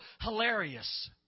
hilarious